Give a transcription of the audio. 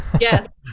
Yes